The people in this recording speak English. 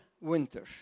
winter